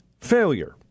failure